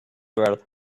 earth